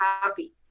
happy